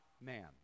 man